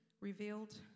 revealed